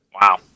Wow